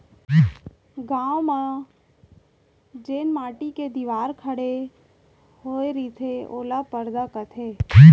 गॉंव मन म जेन माटी के दिवार खड़े रईथे ओला परदा कथें